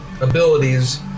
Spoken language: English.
abilities